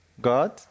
God